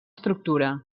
estructura